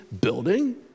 building